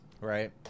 right